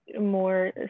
more